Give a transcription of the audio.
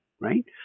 right